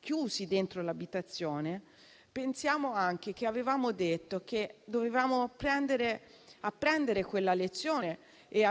chiusi dentro l'abitazione; pensiamo anche che avevamo detto che dovevamo apprendere quella lezione.